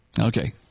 Okay